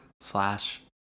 slash